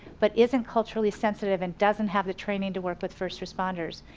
but isn't culturally sensitive, and doesn't have the training to work with first responders,